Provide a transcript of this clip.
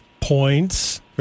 points